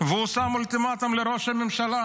והוא שם אולטימטום לראש הממשלה: